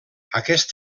aquest